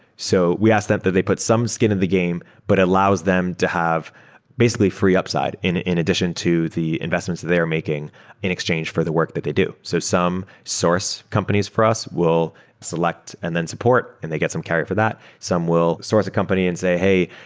so we asked them that they put some skin in the game but allows them to have basically free upside in in addition to the investments that they are making in exchange for the work that they do. so some source companies for us will select and then support and they get some carry for that. some will source a company and say, hey,